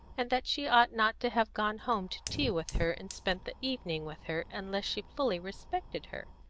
and that she ought not to have gone home to tea with her and spent the evening with her unless she fully respected her.